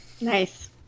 Nice